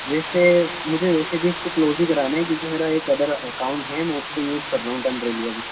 ویسے مجھے ویسے بھی اس کو کلوز ہی کرانا ہے کیوں کہ میرا ایک ادر اکاؤنٹ ہے میں اس کو یوز کر رہا ہوں ٹمپریرلی ابھی